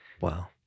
Wow